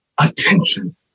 attention